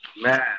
Man